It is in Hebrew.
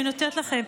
אני נותנת לכם,